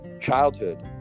childhood